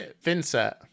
Vincent